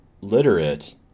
literate